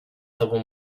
tobą